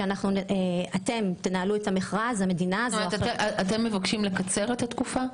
שאתם תנהלו את המכרז --- אתם מבקשים לקצר את התקופה?